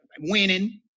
winning